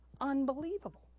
unbelievable